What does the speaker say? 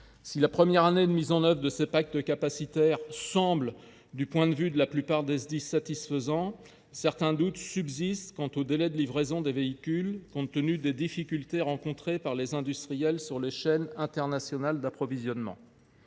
Si la première année de mise en œuvre de ces pactes capacitaires semble satisfaisante du point de vue de la plupart des Sdis, certains doutes subsistent quant aux délais de livraison des véhicules, compte tenu des difficultés rencontrées par les industriels sur les chaînes internationales d’approvisionnement.